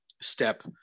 step